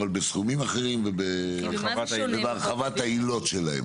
אבל בסכומים שונים ובהרחבת העילות שלהם.